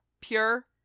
pure